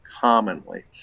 commonly